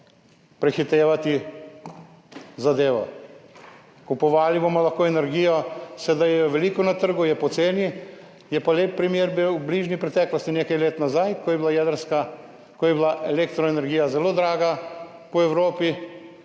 prehitevati zadeve. Kupovali bomo lahko energijo, sedaj je je veliko na trgu, je poceni, je pa bil lep primer v bližnji preteklosti, nekaj let nazaj, ko je bila elektroenergija zelo draga po Evropi